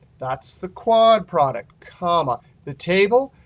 that's the quad product, comma. the table?